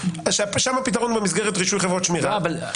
שם הפתרון הוא במסגרת רישוי חברות שמירה,